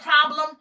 problem